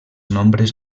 nombres